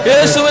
Yes